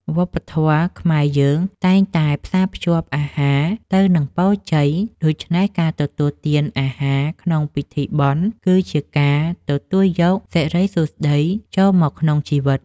វប្បធម៌ខ្មែរយើងតែងតែផ្សារភ្ជាប់អាហារទៅនឹងពរជ័យ ដូច្នេះការទទួលទានអាហារក្នុងពិធីបុណ្យ គឺជាការទទួលយកសិរីសួស្តីចូលមកក្នុងជីវិត។